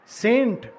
saint